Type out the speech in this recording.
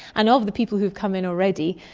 and of the people who come in already,